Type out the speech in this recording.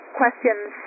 questions